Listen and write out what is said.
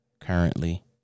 currently